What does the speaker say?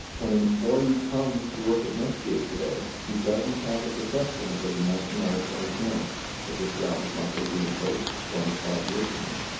when an employee comes to work at netscape today, he doesn't have the perception that there's a nineteen out of twenty chance that this job is not gonna be in place one to five years from now.